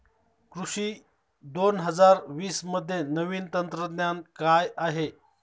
कृषी दोन हजार वीसमध्ये नवीन तंत्रज्ञान काय आहे?